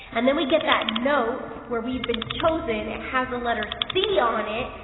and then we get that note where we've been chosen, it has a letter c on it,